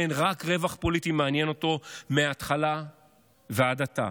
כן, רק רווח פוליטי מעניין אותו מההתחלה ועד עתה.